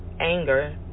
anger